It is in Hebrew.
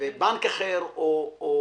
ובנק אחר או